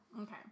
Okay